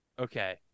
Okay